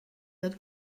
that